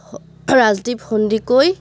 Rajdeep Sandikoi